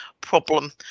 problem